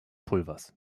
pulvers